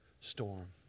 storm